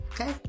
Okay